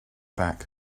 back